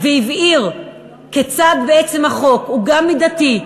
והבהיר כיצד בעצם החוק הוא גם מידתי,